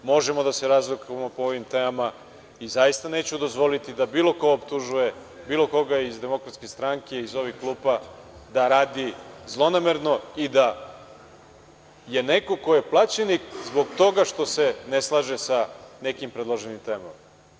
Možemo da se razlikujemo po ovim temama i zaista neću dozvoliti da bilo ko optužuje bilo koga iz DS, iz ovih klupa, da radi zlonamerno i da je neko ko je plaćenik, zbog toga što se ne slaže sa nekim predloženim temama.